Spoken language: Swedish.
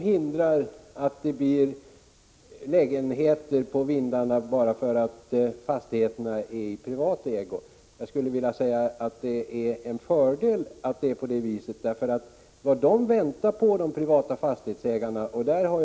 Herr talman! Att fastigheterna är i privat ägo är ingenting som behöver hindra att det blir lägenheter på vindarna. Det är i stället en fördel.